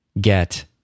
get